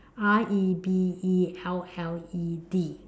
R E B E L L E D